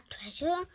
treasure